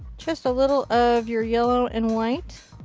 just a little of your yellow and white.